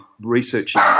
researching